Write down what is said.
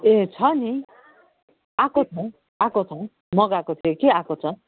ए छ नि आएको छ आएको छ मगाएको थिए कि आएको छ